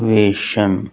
ਵੇਸ਼ਨ